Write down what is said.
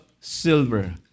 silver